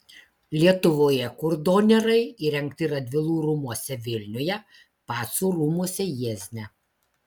lietuvoje kurdonerai įrengti radvilų rūmuose vilniuje pacų rūmuose jiezne